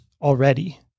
already